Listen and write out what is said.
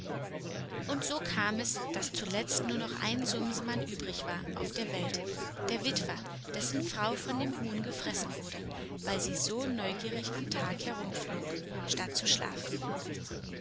und so kam es daß zuletzt nur noch ein sumsemann übrig war auf der welt der witwer dessen frau von dem huhn gefressen wurde weil sie so neugierig am tag herumflog statt zu schlafen